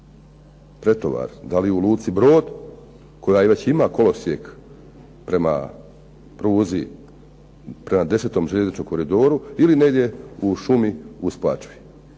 pretovar? Da li u luci "Brod" koja već ima kolosijek prema pruzi, prema desetom željezničkom koridoru ili negdje u šumi u Spačvi?